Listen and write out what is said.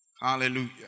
Hallelujah